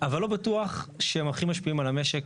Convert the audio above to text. אבל לא בטוח שהם הכי משפיעים על המשק.